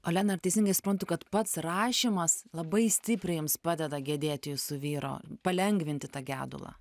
olena ar teisingai suprantu kad pats rašymas labai stipriai jums padeda gedėti jūsų vyro palengvinti tą gedulą